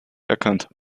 erkannt